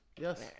Yes